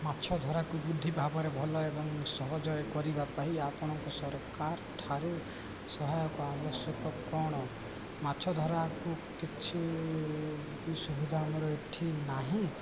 ମାଛ ଧରାକୁ ବୃଦ୍ଧି ଭାବରେ ଭଲ ଏବଂ ସହଜ କରିବା ପାଇଁ ଆପଣଙ୍କ ସରକାର ଠାରୁ ସହାୟକ ଆବଶ୍ୟକ କ'ଣ ମାଛ ଧରାକୁ କିଛି ସୁବିଧା ଆମର ଏଠି ନାହିଁ